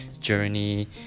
journey